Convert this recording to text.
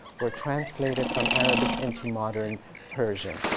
were translated from arabic into modern persian.